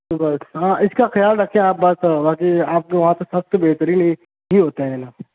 بس ہاں اس کا خیال رکھیں آپ بس باقی آپ کے وہاں تو سب تو بہترین ہی ہی ہوتا ہے نا